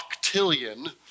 octillion